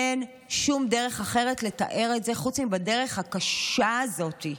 אין שום דרך אחרת לתאר את זה חוץ מבדרך הקשה הזאת.